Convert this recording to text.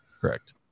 correct